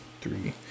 three